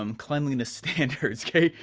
um cleanliness standards, kay.